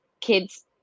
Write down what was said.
kids